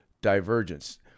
divergence